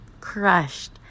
crushed